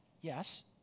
Yes